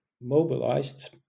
mobilized